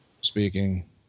speaking